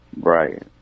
Right